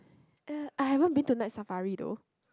uh I haven't been to Night-Safari though